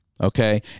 okay